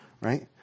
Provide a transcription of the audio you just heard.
right